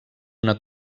una